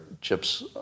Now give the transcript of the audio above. chips